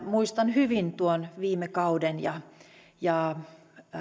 muistan hyvin tuon viime kauden ja ja